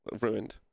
Ruined